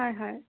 হয় হয়